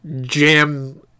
jam